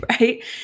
right